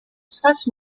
such